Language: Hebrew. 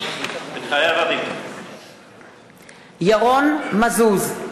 מתחייב אני ירון מזוז,